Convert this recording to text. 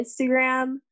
Instagram